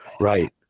Right